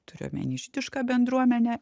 turiu omeny žydišką bendruomenę